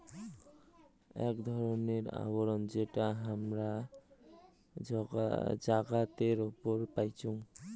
আক ধরণের আবরণ যেটা হামরা জাগাতের উপরে পাইচুং